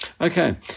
Okay